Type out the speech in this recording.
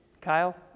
Kyle